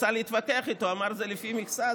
ניסה להתווכח איתו ואמר: זה לפי מכסה,